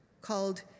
called